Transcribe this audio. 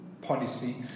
policy